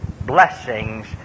blessings